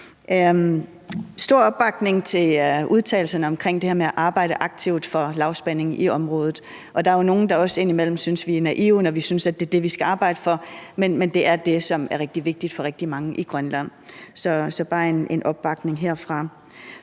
Stor opbakning til udtalelserne omkring det her med at arbejde aktivt for lavspænding i området. Der er jo også nogen, der indimellem synes, vi er naive, når vi synes, at det er det, vi skal arbejde for, men det er det, som er rigtig vigtigt for rigtig mange i Grønland, så bare en opbakning herfra.